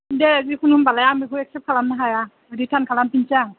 दे जिखुनु होमबालाय आं बेखौ एक्सेप्त खालामनो हाया रितार्न खालामफिननोसै आं